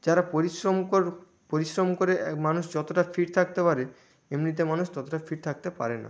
যারা পরিশ্রম কর পরিশ্রম করে মানুষ যতটা ফিট থাকতে পারে এমনিতে মানুষ ততোটা ফিট থাকতে পারে না